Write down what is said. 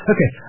Okay